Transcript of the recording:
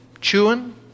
Chewing